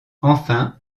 enfin